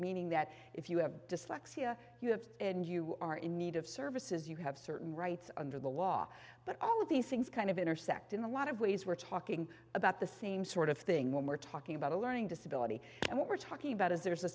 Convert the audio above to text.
meaning that if you have dyslexia you have and you are in need of services you have certain rights under the law but all of these things kind of intersect in a lot of ways we're talking about the same sort of thing when we're talking about a learning disability and what we're talking about is there's a